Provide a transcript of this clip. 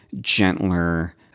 gentler